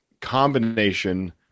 combination